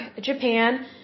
Japan